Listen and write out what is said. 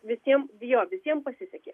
visiem jo visiem pasisekė